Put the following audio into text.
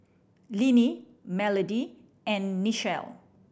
Linnie Melody and Nichelle